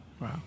Wow